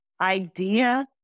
idea